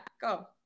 go